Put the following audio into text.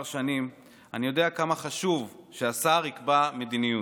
שנים אני יודע כמה חשוב שהשר יקבע מדיניות,